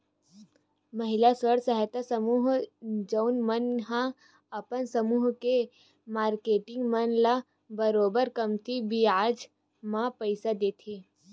महिला स्व सहायता समूह जउन मन ह अपन समूह के मारकेटिंग मन ल बरोबर कमती बियाज म पइसा देथे